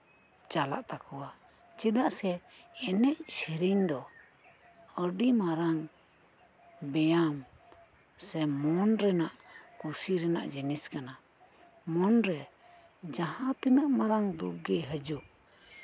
ᱪᱟᱞᱟᱜ ᱛᱟᱠᱚᱣᱟ ᱪᱮᱫᱟᱜ ᱥᱮ ᱮᱱᱮᱡ ᱥᱮᱹᱨᱮᱹᱧ ᱫᱚ ᱟᱹᱰᱤ ᱢᱟᱨᱟᱝ ᱵᱮᱭᱟᱢ ᱥᱮ ᱢᱚᱱ ᱨᱮᱱᱟᱜ ᱠᱩᱥᱤ ᱨᱮᱱᱟᱜ ᱡᱤᱱᱤᱥ ᱠᱟᱱᱟ ᱢᱚᱱᱨᱮ ᱡᱟᱦᱟᱸ ᱛᱤᱱ ᱢᱟᱨᱟᱝ ᱫᱩᱠ ᱜᱮ ᱦᱤᱡᱩᱜ